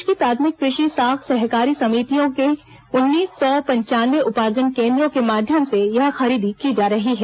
प्रदेश की प्राथमिक कृषि साख सहकारी समितियों के उन्नीस सौ पंचानवे उपार्जन केन्द्रों के माध्यम से यह खरीदी की जा रही है